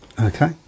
okay